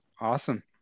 Awesome